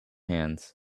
hands